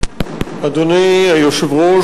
אדוני היושב-ראש,